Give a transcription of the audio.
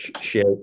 share